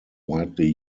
widely